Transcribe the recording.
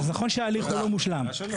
אז נכון שההליך הוא לא מושלם --- טוב,